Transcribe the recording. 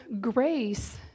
grace